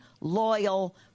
loyal